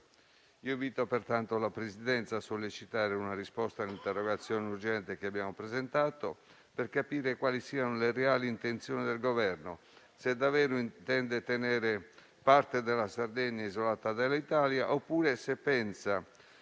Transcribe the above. Invito pertanto la Presidenza a sollecitare una risposta all'interrogazione n. 4-05288 che abbiamo presentato per capire quali siano le reali intenzioni del Governo, se davvero intende tenere parte della Sardegna isolata dall'Italia, oppure se pensa